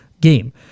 game